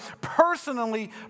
personally